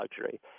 luxury